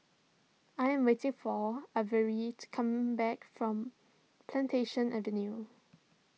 I am waiting for Avery to come back from Plantation Avenue